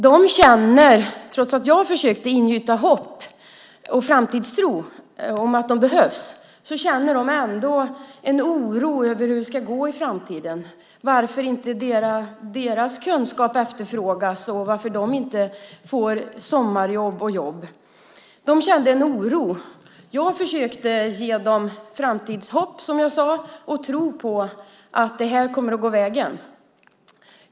De känner, trots att jag försökte ingjuta framtidstro och hopp om att de behövs, en oro över hur det ska gå i framtiden och varför inte deras kunskap efterfrågas och varför de inte får sommarjobb och jobb. De kände en oro. Jag försökte ge dem framtidshopp, som jag sade, och en tro på att det här kommer att gå vägen.